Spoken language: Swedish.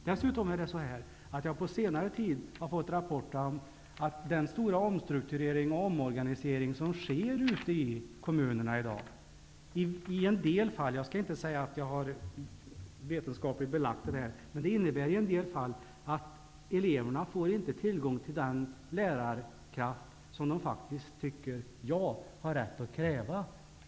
Dessutom har jag på senare tid fått rapporter om att den stora omstrukturering och omorganisation som i dag sker ute i kommunerna i en del fall -- jag skall inte säga att jag har det vetenskapligt belagt -- innebär att eleverna inte får tillgång till den lärarkraft som de har rätt till.